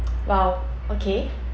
!wow! okay